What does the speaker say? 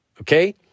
Okay